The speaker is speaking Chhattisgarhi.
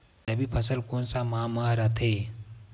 रबी फसल कोन सा माह म रथे?